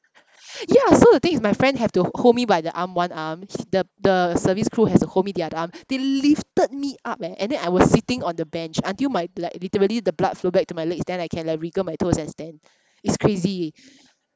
ya so the thing is my friend have to hold me by the arm one arm the the service crew has to hold me the other arm they lifted me up eh and then I was sitting on the bench until my like literally the blood flow back to my legs then I can like wiggle my toes and stand it's crazy